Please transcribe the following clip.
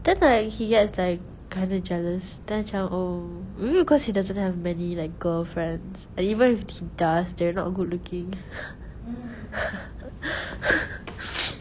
then like he gets like kind of jealous then macam oh maybe because he doesn't have many like girlfriends and even if he does they're not good looking